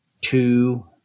two